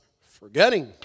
forgetting